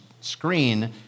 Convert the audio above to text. screen